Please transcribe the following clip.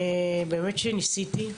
באמת שניסיתי.